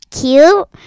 cute